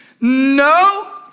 No